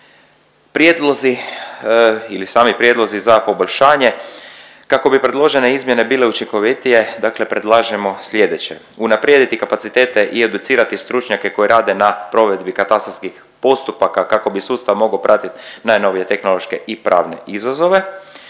Prijedlozi ili sami prijedlozi za poboljšanje, kako bi predložene izmjene bile učinkovitije dakle predlažemo slijedeće. Unaprijediti kapacitete i educirati stručnjake koji rade na provedbi katastarskih postupaka kako bi sustav mogao pratiti najnovije tehnološke i pravne izazove.